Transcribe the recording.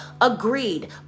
Agreed